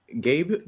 Gabe